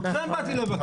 אתכם באתי לבקר,